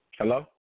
Hello